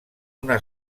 una